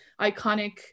iconic